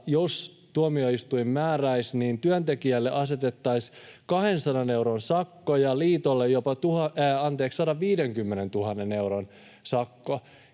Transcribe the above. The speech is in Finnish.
niin näissä tilanteissa työntekijälle asetettaisiin 200 euron sakko ja liitolle jopa 150 000 euron sakko,